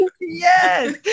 Yes